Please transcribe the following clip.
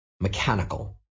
mechanical